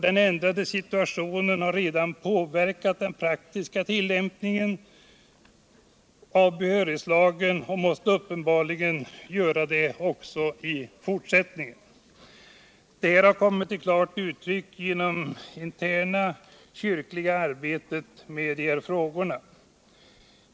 Den ändrade situationen har redan påverkat den praktiska tillämpningen av behörighetslagen och måste uppenbarligen göra det också i fortsättningen. Detta har också klart kommit till uttryck genom det interna kyrkliga arbetet med frågorna.